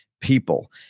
people